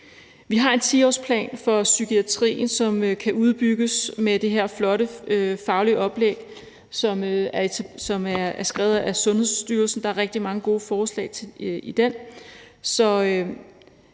Vi har en 10-årsplan for psykiatrien, som kan udbygges med det her flotte faglige oplæg, som er skrevet af Sundhedsstyrelsen. Der er rigtig mange gode forslag i den,